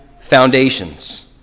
foundations